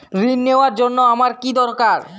ঋণ নেওয়ার জন্য আমার কী দরকার?